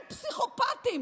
הם פסיכופטים.